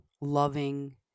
loving